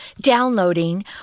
downloading